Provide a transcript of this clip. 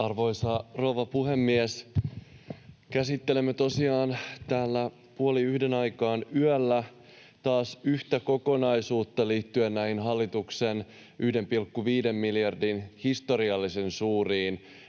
Arvoisa rouva puhemies! Käsittelemme tosiaan täällä puoli yhden aikaan yöllä taas yhtä kokonaisuutta liittyen hallituksen 1,5 miljardin historiallisen suuriin